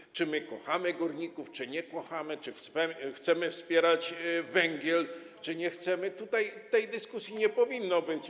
I czy my kochamy górników, czy nie kochamy, czy chcemy wspierać węgiel, czy nie chcemy, tutaj tej dyskusji nie powinno być.